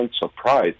surprise